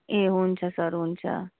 ए हुन्छ सर हुन्छ